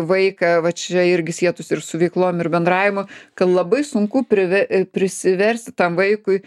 vaiką va čia irgi sietųs ir su veiklom ir bendravimu kad labai sunku prive prisiversti tam vaikui